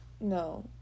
No